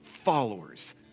followers